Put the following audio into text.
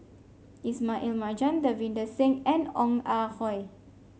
Ismail Marjan Davinder Singh and Ong Ah Hoi